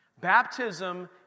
baptism